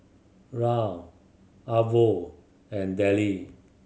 Rahn Arvo and Dellie